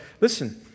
listen